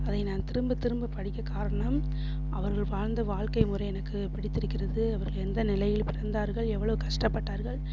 அதை நான் திரும்ப திரும்ப படிக்க காரணம் அவர்கள் வாழ்ந்த வாழ்க்கை முறை எனக்கு பிடித்திருக்கிறது அவர்கள் எந்த நிலையில் பிறந்தார்கள் எவ்வளோ கஷ்டப்பட்டார்கள்